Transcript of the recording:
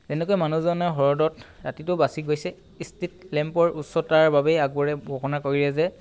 তেনেকৈ মানুহজনে হ্ৰদত ৰাতিটো বাচি গৈছে ষ্ট্ৰীট লেম্পৰ উচ্চতাৰ বাবেই আকবৰে ঘোষণা কৰিলে যে